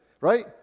right